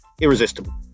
irresistible